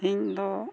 ᱤᱧ ᱫᱚ